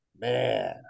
Man